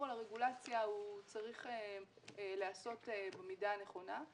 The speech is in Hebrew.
על הרגולציה צריך להיעשות במידה הנכונה.